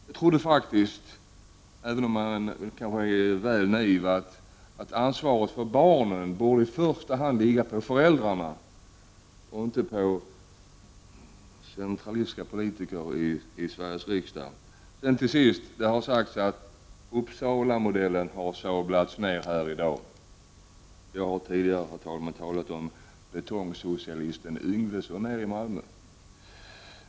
Jag trodde faktiskt, även om jag då kanske är väl naiv, att ansvaret för barnen i första hand borde ligga hos föräldrarna och inte hos centralistiska politiker i Sveriges riksdag. Det har sagts att Uppsalamodellen har sablats ner här i dag. Jag har tidigare, herr talman, talat om betongsocialisten Yngvesson nere i Malmö.